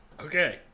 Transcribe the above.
Okay